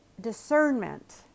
discernment